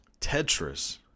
Tetris